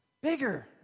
Bigger